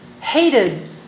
hated